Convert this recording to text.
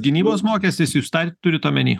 gynybos mokestis jūs tą turit omeny